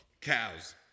Cows